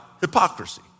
hypocrisy